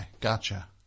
gotcha